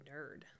nerd